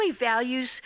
values